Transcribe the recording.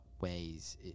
ways